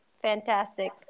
Fantastic